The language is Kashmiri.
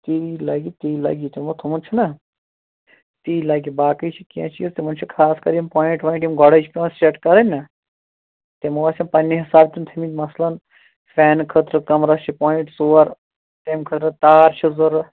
تی لَگہِ تی لَگہِ یِہ تِمو تھوٚمُت چھُنہ تی لَگہِ باقی چھِ کیٚنہہ چیٖز تِمَن چھِ خاص کر یِم پویِنٛٹ وویِنٹ یِم گۄڈَے چھِ پٮ۪وان سٮ۪ٹ کَرٕنۍ نہ تِمو ٲسۍ تِم پنٛنہِ حسابہٕ تِم تھٲیمٕتۍ مثلاً فینہٕ خٲطرٕ کَمرَس چھِ پویِنٛٹ ژور تَمہِ خٲطرٕ تار چھِ ضوٚرَتھ